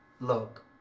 look